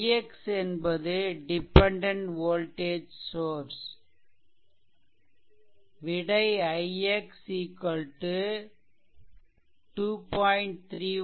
ix என்பது dependent voltage source விடை ix 2